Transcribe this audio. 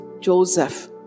Joseph